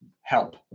help